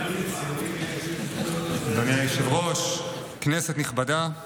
אדוני היושב-ראש, כנסת נכבדה,